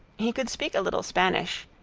he could speak a little spanish,